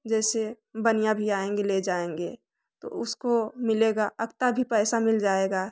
जैसे बनियाँ भी आएंगे ले जाएंगे तो उसको मिलेगा अक्ता भी पैसा मिल जाएगा